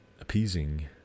appeasing